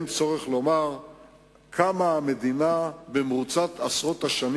אין צורך לומר כמה המדינה במרוצת עשרות השנים